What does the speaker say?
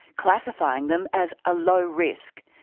classifying them as a low risk.